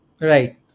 Right